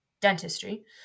dentistry